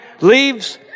leaves